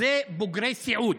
זה בוגרי סיעוד.